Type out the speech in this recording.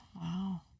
Wow